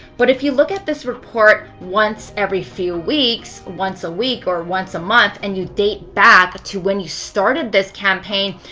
but if you look at this report once every few weeks, once a week or once a month and you date back to when you started this campaign,